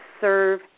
serve